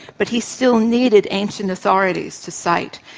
but he still needed ancient authorities to cite.